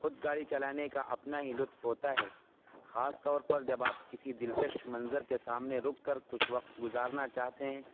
خود گاڑی چلانے کا اپنا ہی لطف ہوتا ہے خاص طور پر جب آپ کسی دلکش منظر کے سامنے رک کر کچھ وقت گزارنا چاہتے ہیں